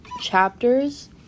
chapters